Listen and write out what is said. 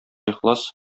ихлас